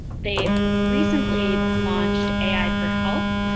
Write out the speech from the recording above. they recently launched ai for health,